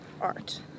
art